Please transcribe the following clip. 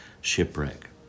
shipwreck